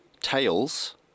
tails